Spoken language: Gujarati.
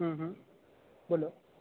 બોલો